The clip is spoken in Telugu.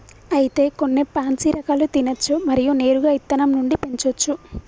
అయితే గొన్ని పాన్సీ రకాలు తినచ్చు మరియు నేరుగా ఇత్తనం నుండి పెంచోచ్చు